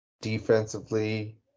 Defensively